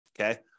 okay